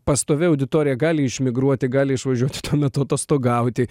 pastovi auditorija gali išmigruoti gali išvažiuot tuo metu atostogauti